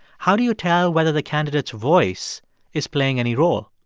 how do you tell whether the candidate's voice is playing any role?